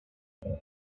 read